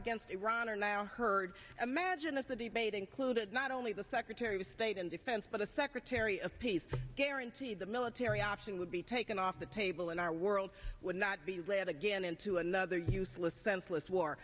against iran are now heard imagine if the debate included not only the secretary of state and defense but the secretary of peace guarantee the military option would be taken off the table and our world would not be led again into another useless senseless war